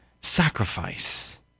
sacrifice